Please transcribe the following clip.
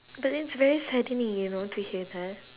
but then is very saddening you know to hear that